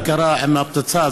מה שקרה עם הפצצה,